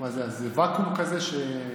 אז זה ואקום כזה?